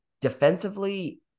defensively